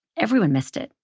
everyone missed it.